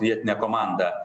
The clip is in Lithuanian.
vietine komanda